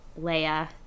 Leia